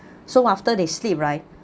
so after they sleep right